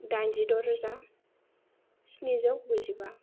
दाइनजि द' रोजा स्निजौ गुजिबा